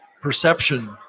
perception